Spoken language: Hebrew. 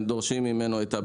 הם דורשים ממנו את הביטוח.